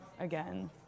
again